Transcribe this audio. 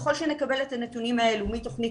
ככול שנקבל את הנתונים האלה מתוכנית